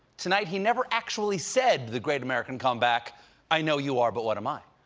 tonight he never actually said the great american comeback i know you are, but what am i?